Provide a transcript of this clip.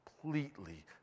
completely